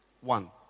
One